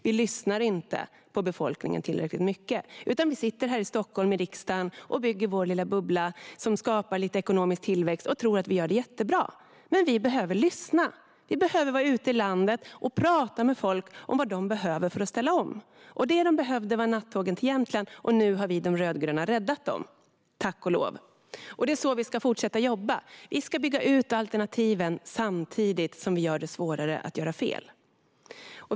Vi lyssnar inte tillräckligt mycket på befolkningen, utan vi sitter här i Stockholm, i riksdagen, och bygger vår lilla bubbla som skapar lite ekonomisk tillväxt och tror att vi gör det jättebra. Men vi behöver lyssna. Vi behöver vara ute i landet och prata med folk om vad de behöver för att ställa om. Det de behövde var nattågen till Jämtland, och nu har de rödgröna räddat dem - tack och lov! Det är så vi ska fortsätta att jobba. Vi ska bygga ut alternativen samtidigt som vi gör det svårare att göra fel.